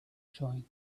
showing